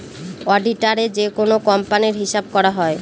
অডিটারে যেকোনো কোম্পানির হিসাব করা হয়